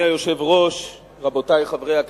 אדוני היושב-ראש, רבותי חברי הכנסת,